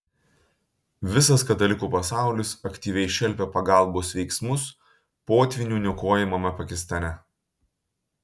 visas katalikų pasaulis aktyviai šelpia pagalbos veiksmus potvynių niokojamame pakistane